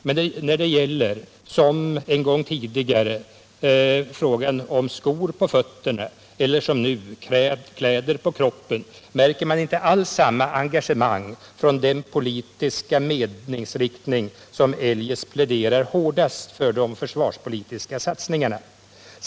Men när det gäller skor på fötterna, som en gång tidigare, eller kläder på kroppen, som nu, märker man inte alls samma engagemang från den politiska meningsriktning som eljest pläderar hårdast för de försvarpolitiska satsningarna.